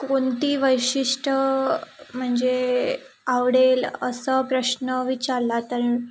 कोणती वैशिष्ट्य म्हणजे आवडेल असं प्रश्न विचारला तर